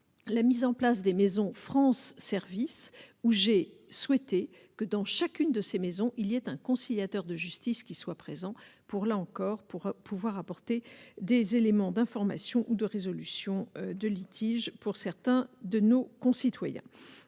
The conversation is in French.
la mise en place des Maisons France service où j'ai souhaité que dans chacune de ces maisons, il y a un conciliateur de justice qui soit présent. Pour là encore pour pouvoir apporter des éléments d'information ou de résolution de litiges pour certains de nos concitoyens,